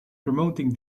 promoting